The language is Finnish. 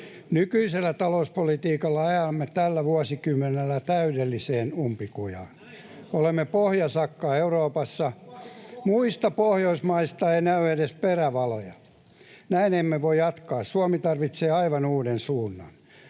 Nykyisellä talouspolitiikalla ajamme tällä vuosikymmenellä täydelliseen umpikujaan. Olemme pohjasakkaa Euroopassa, muista Pohjoismaista ei näy edes perävaloja. Näin emme voi jatkaa. Suomi tarvitsee aivan uuden suunnan.